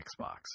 Xbox